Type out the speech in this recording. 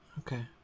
Okay